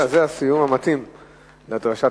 זה הסיום המתאים לדרשה.